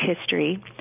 history